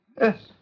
Yes